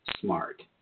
smart